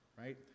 Right